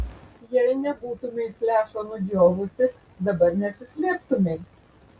jei nebūtumei flešo nudžiovusi dabar nesislėptumei